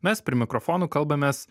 mes prie mikrofonų kalbamės